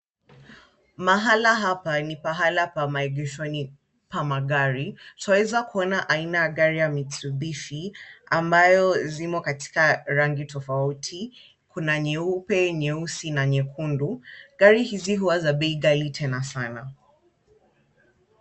Mahala hapa ni pahala pa maegeshoni pa magari. Twaweza kuona aina ya gari ya Mitsubishi, ambayo zimo katika rangi tofauti, kuna nyeupe, nyeusi na nyekundu. Gari hizi huwa za bei ghali tena sana.